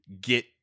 get